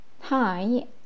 Hi